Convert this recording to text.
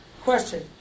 question